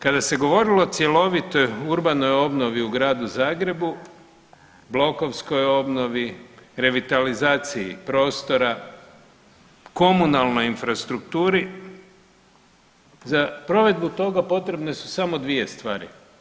Kada se govorilo o cjelovitoj urbanoj obnovi u Gradu Zagrebu, blokovskoj obnovi, revitalizaciji prostora, komunalnoj infrastrukturi za provedbu toga potrebne su samo 2 stvari.